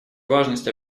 важность